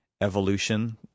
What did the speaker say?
evolution